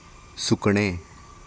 सुकणें